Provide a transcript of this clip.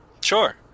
Sure